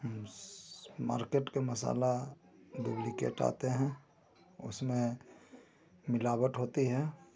market के मसाला duplicate आते हैं उसमें मिलावट होती है